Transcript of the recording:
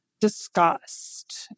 discussed